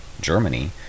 Germany